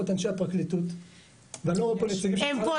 את אנשי הפרקליטות ואני לא רואה פה נציגים של--- הם פה,